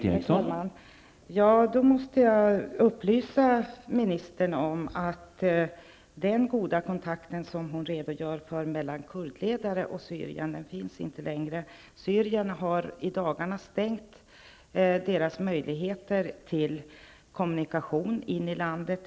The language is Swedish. Herr talman! Jag måste då upplysa ministern om att den goda kontakt hon redogör för mellan kurdledare och Syrien inte längre finns. Syrien har exempelvis i dagarna stängt dessa kurders möjligheter till kommunikation in i landet.